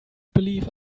believe